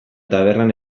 tabernan